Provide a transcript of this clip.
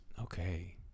Okay